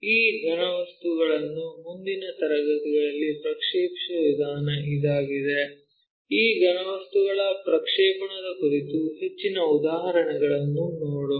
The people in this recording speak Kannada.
ಈ ಘನವಸ್ತುಗಳನ್ನು ಮುಂದಿನ ತರಗತಿಯಲ್ಲಿ ಪ್ರಕ್ಷೇಪಿಸುವ ವಿಧಾನ ಇದಾಗಿದೆ ಈ ಘನವಸ್ತುಗಳ ಪ್ರಕ್ಷೇಪಣದ ಕುರಿತು ಹೆಚ್ಚಿನ ಉದಾಹರಣೆಗಳನ್ನು ನೋಡೋಣ